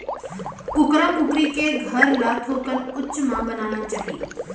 कुकरा कुकरी के घर ल थोकन उच्च म बनाना चाही